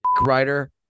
writer